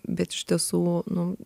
bet iš tiesų nu